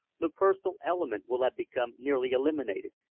the personal element will have become nearly eliminated.